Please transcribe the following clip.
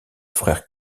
frère